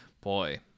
Boy